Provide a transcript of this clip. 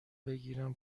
بگیرن